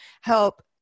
help